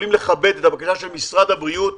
יכולים לכבד את הבקשה של משרד הבריאות,